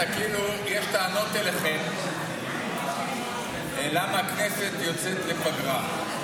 יש טענות אליכם למה הכנסת יוצאת לפגרה.